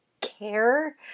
care